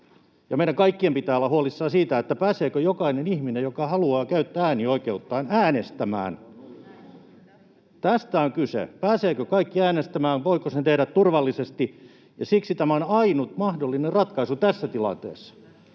meidän kaikkien pitää olla huolissaan siitä, pääseekö jokainen ihminen, joka haluaa käyttää äänioikeuttaan, äänestämään. Tästä on kyse: pääsevätkö kaikki äänestämään, voiko sen tehdä turvallisesti. Siksi tämä on ainut mahdollinen ratkaisu tässä tilanteessa.